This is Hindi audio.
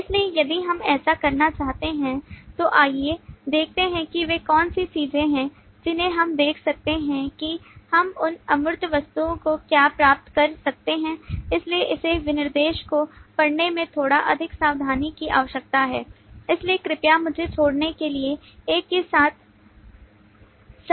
इसलिए यदि हम ऐसा करना चाहते हैं तो आइए देखते हैं कि वे कौन सी चीजें हैं जिन्हें हम देख सकते हैं कि हम उन अमूर्त वस्तुओं को क्या प्राप्त कर सकते हैं इसलिए इसे विनिर्देशन को पढ़ने में थोड़ा अधिक सावधानी की आवश्यकता है इसलिए कृपया मुझे छोड़ने के लिए एक के साथ सहन करें